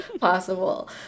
possible